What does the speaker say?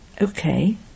Okay